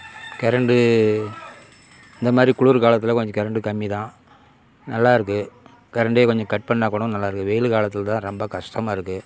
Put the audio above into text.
current இந்த மாதிரி குளிர் காலத்தில் கொஞ்சம் கரண்டு கம்மி தான் நல்லா இருக்குது கரண்டே கொஞ்சம் கட் பண்ணால் கூட நல்லா இருக்கும் வெயிலு காலத்தில் தான் ரொம்ப கஷ்டமாக இருக்குது